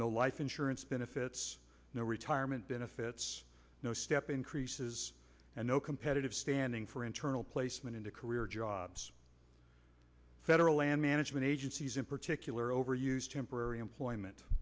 no life insurance fits no retirement benefits no step increases and no competitive standing for internal placement into career jobs federal land management agencies in particular overused temporary employment